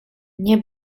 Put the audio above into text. nie